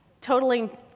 totaling